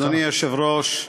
אדוני היושב-ראש,